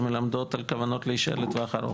שמלמדות על הכוונה להישאר לטווח ארוך.